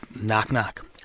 Knock-knock